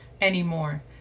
anymore